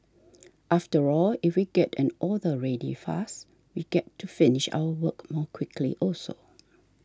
after all if we get an order ready fast we get to finish our work more quickly also